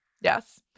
Yes